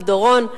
לדורון.